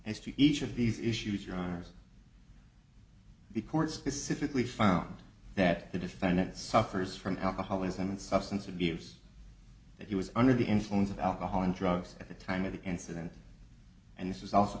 as to each of these issues or honors the court specifically found that the defendant suffers from alcoholism and substance abuse that he was under the influence of alcohol and drugs at the time of the incident and this is also